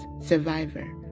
Survivor